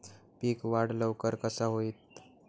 पीक वाढ लवकर कसा होईत?